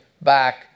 back